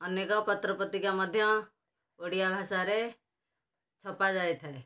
ଅନେକ ପତ୍ରପତ୍ରିକା ମଧ୍ୟ ଓଡ଼ିଆ ଭାଷାରେ ଛପାଯାଇ ଥାଏ